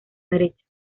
derecha